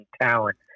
talent